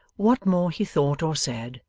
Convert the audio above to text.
what more he thought or said,